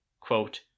quote